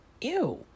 ew